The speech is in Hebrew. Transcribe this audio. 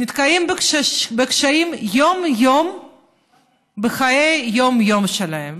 נתקלים בקשיים בחיי היום-יום שלהם.